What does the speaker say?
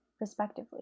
respectively